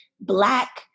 Black